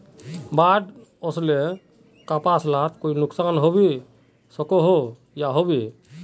बाढ़ वस्ले से कपास लात कोई नुकसान होबे सकोहो होबे?